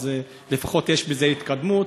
אז לפחות יש בזה התקדמות,